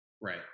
Right